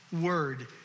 word